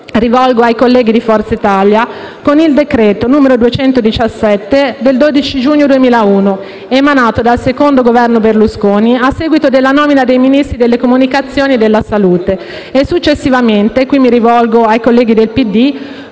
rivolgo ai colleghi di Forza Italia - con il decreto-legge n. 217 del 12 giugno 2001, emanato dal secondo Governo Berlusconi, a seguito della nomina dei Ministri delle comunicazioni e della salute e, successivamente - qui mi rivolgo ai colleghi del PD